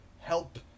help